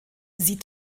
sie